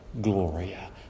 Gloria